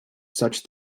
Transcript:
such